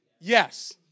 Yes